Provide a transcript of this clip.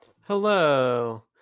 Hello